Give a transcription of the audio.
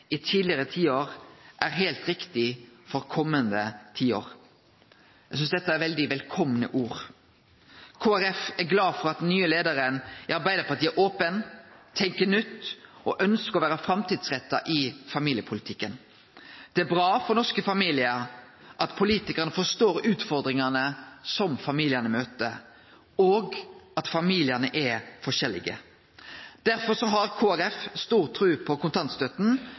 i tidligere tiår, er helt riktig for kommende tiår.» Eg synest dette er veldig velkomne ord. Kristeleg Folkeparti er glad for at den nye leiaren i Arbeidarpartiet er open, tenkjer nytt og ønskjer å vere framtidsretta i familiepolitikken. Det er bra for norske familiar at politikarane forstår utfordringane som familiane møter, og at familiane er forskjellige. Derfor har Kristeleg Folkeparti stor tru på